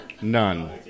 None